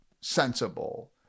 sensible